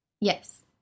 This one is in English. Yes